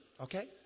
okay